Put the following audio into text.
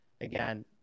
again